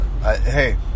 hey